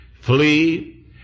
flee